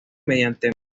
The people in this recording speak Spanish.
mediante